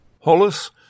Hollis